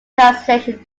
translation